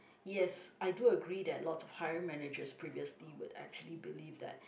yes I do agree that lots hiring managers previously would actually believe that